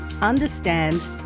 understand